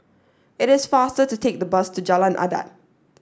it is faster to take the bus to Jalan Adat